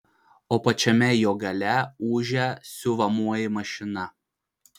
o pačiame jo gale ūžia siuvamoji mašina